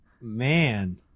Man